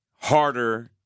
harder